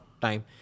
time